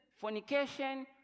fornication